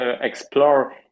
explore